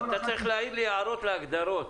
אתה צריך להעיר לי הערות להגדרות.